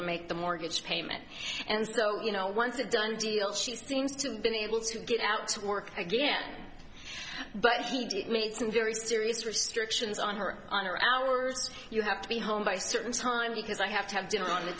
to make the mortgage payment and so you know once a done deal she seems to have been able to get out of work again but she did made some very serious restrictions on her on her hours you have to be home by certain time because i have to have dinner on the